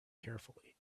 carefully